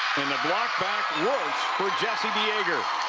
and the block back works for de jager